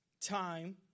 Time